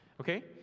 Okay